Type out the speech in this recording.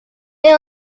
est